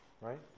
right